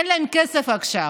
אין להם כסף עכשיו.